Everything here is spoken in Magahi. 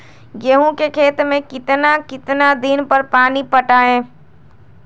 गेंहू के खेत मे कितना कितना दिन पर पानी पटाये?